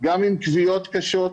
בין אם כוויות קשות.